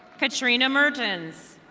katrina mergins.